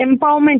empowerment